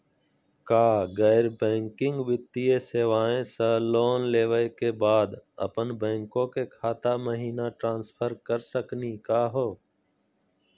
का गैर बैंकिंग वित्तीय सेवाएं स लोन लेवै के बाद अपन बैंको के खाता महिना ट्रांसफर कर सकनी का हो?